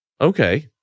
okay